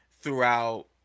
throughout